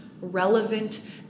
relevant